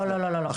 לא, לא, שנייה.